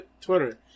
Twitter